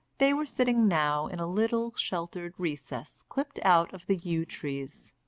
they were sitting now in a little sheltered recess clipped out of the yew trees.